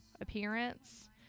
appearance